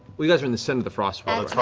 you guys are in the center of the frostweald.